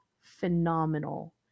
phenomenal